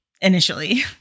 initially